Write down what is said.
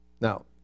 Now